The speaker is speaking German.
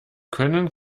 können